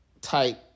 type